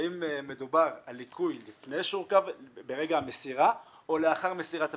האם מדובר על ליקוי ברגע המסירה או לאחר מסירת הפיגום,